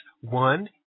one